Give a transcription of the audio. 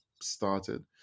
started